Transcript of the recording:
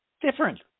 different